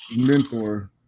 mentor